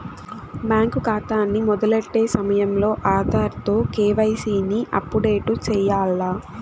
bank కాతాని మొదలెట్టే సమయంలో ఆధార్ తో కేవైసీని అప్పుడేటు సెయ్యాల్ల